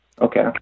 Okay